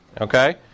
Okay